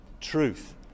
Truth